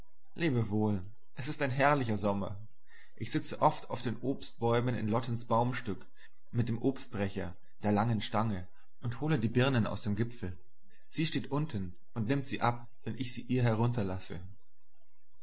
wohl es ist ein herrlicher sommer ich sitze oft auf den obstbäumen in lottens baumstück mit dem obstbrecher der langen stange und hole die birnen aus dem gipfel sie steht unten und nimmt sie ab wenn ich sie ihr